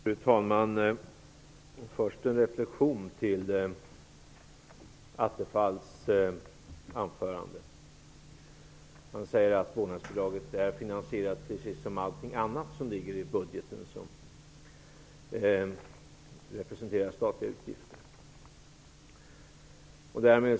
Fru talman! Först vill jag göra en reflexion över Attefalls anförande, där han sade att vårdnadsbidraget är finansierat, precis som allt annat som ligger i budgeten och som representerar statliga utgifter.